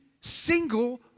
single